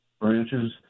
branches